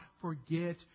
forget